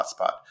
hotspot